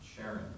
Sharon